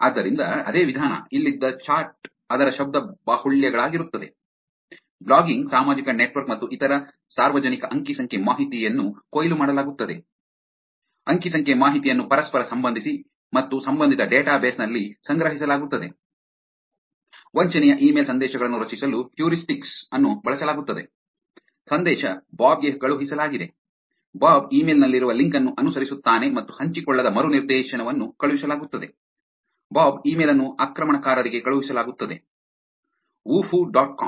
ಆದ್ದರಿಂದ ಅದೇ ವಿಧಾನ ಇಲ್ಲಿದ್ದ ಚಾರ್ಟ್ ಅದರ ಶಬ್ದ ಬಾಹುಳ್ಯಗಳಾಗಿರುತ್ತದೆ ಬ್ಲಾಗಿಂಗ್ ಸಾಮಾಜಿಕ ನೆಟ್ವರ್ಕ್ ಮತ್ತು ಇತರ ಸಾರ್ವಜನಿಕ ಅಂಕಿ ಸಂಖ್ಯೆ ಮಾಹಿತಿಯನ್ನು ಕೊಯ್ಲು ಮಾಡಲಾಗುತ್ತದೆ ಅಂಕಿ ಸಂಖ್ಯೆ ಮಾಹಿತಿಯನ್ನು ಪರಸ್ಪರ ಸಂಬಂಧಿಸಿ ಮತ್ತು ಸಂಬಂಧಿತ ಡೇಟಾಬೇಸ್ ನಲ್ಲಿ ಸಂಗ್ರಹಿಸಲಾಗುತ್ತದೆ ವಂಚನೆಯ ಇಮೇಲ್ ಸಂದೇಶಗಳನ್ನು ರಚಿಸಲು ಹ್ಯೂರಿಸ್ಟಿಕ್ಸ್ ಅನ್ನು ಬಳಸಲಾಗುತ್ತದೆ ಸಂದೇಶ ಬಾಬ್ ಗೆ ಕಳುಹಿಸಲಾಗಿದೆ ಬಾಬ್ ಇಮೇಲ್ ನಲ್ಲಿರುವ ಲಿಂಕ್ ಅನ್ನು ಅನುಸರಿಸುತ್ತಾನೆ ಮತ್ತು ಹಂಚಿಕೊಳ್ಳದ ಮರುನಿರ್ದೇಶನವನ್ನು ಕಳುಹಿಸಲಾಗುತ್ತದೆ ಬಾಬ್ ಇಮೇಲ್ ಅನ್ನು ಆಕ್ರಮಣಕಾರರಿಗೆ ಕಳುಹಿಸಲಾಗುತ್ತದೆ ವುಹುಫ್ಫ್ವ್ ಡಾಟ್ ಕಾಮ್